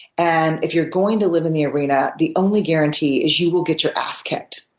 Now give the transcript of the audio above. and if you're going to live in the arena, the only guarantee is you will get your ass kicked.